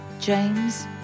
James